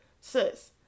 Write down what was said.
sis